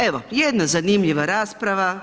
Evo jedna zanimljiva rasprava.